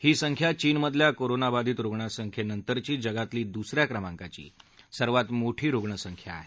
ही संख्या चीनमधल्या कोरोनाबाधित रुग्णसंख्येनंतरची जगातली दुसऱ्या क्रमांकाची सर्वात मोठी रुग्णसंख्या आहे